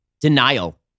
denial